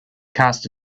cast